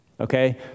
Okay